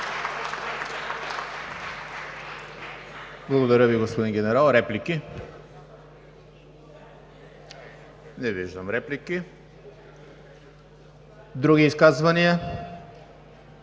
Благодаря Ви, господин Генерал. Реплики? Не виждам. Други изказвания?